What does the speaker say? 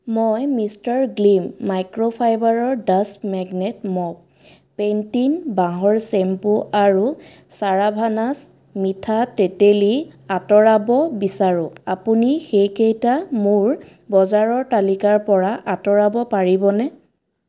মই mister Glim মাইক্ৰ'ফাইবাৰৰ dust magnet mop painting বাঁহৰ শ্বেম্পু আৰু চাৰাভানাছ মিঠা তেতেলী আঁতৰাব বিচাৰোঁ আপুনি সেইকেইটা মোৰ বজাৰৰ তালিকাৰপৰা আঁতৰাব পাৰিবনে